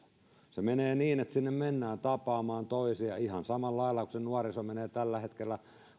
se menee niin että sinne mennään tapaamaan toisia ihan samalla lailla kuin se nuoriso menee tällä hetkellä